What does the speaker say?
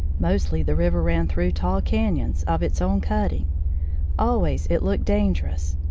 mostly the river ran through tall canyons of its own cutting always it looked danger ous.